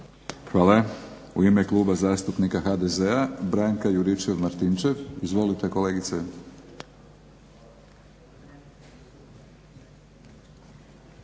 Hvala. U ime kluba zastupnika HDZ-a Branka Jurićev Martinčev. **Juričev-Martinčev,